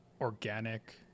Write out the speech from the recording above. organic